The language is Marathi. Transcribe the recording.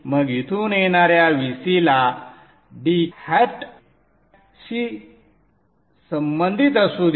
मग इथून येणार्या Vc ला d शी संबंधित असू द्या